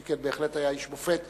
שכן בהחלט היה איש מופת.